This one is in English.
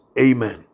Amen